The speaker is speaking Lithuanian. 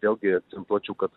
vėlgi akcentuočiau kad